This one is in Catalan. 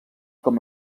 com